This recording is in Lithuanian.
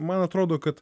man atrodo kad